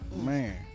Man